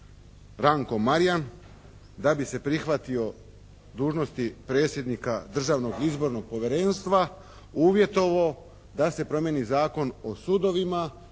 Ranko Marijan da bi se prihvatio dužnosti predsjednika Državnog izbornog povjerenstva uvjetovao da se promijeni Zakon o sudovima